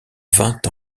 vingt